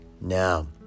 now